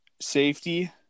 Safety